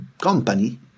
company